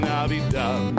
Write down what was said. Navidad